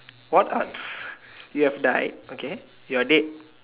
what are you have died okay you are dead